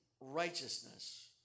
righteousness